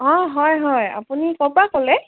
অঁ হয় হয় আপুনি ক'ৰ পৰা ক'লে